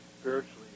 spiritually